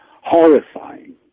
horrifying